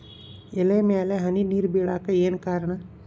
ಎಲೆ ಮ್ಯಾಲ್ ಹನಿ ನೇರ್ ಬಿಳಾಕ್ ಏನು ಕಾರಣ?